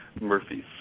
Murphy's